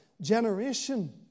generation